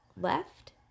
left